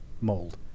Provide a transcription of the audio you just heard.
mold